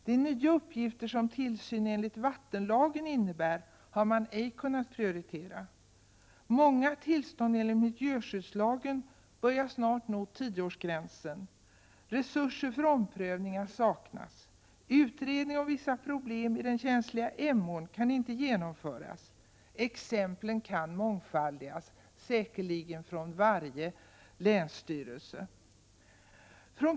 De nya uppgifter som tillsyn enligt vattenlagen innebär har man ej kunnat prioritera. Många tillstånd enligt miljöskyddslagen börjar snart nå tioårsgränsen. Resurser för omprövningar saknas. Utredning om vissa problem i den känsliga Emån kan inte genomföras. Exemplen kan mångfaldigas, säkerligen från varje länsstyrelse.